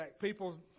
people